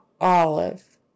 olive